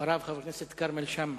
אחריו, חבר הכנסת כרמל שאמה.